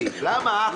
בסדר.